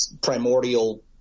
primordial